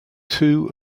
two